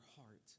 heart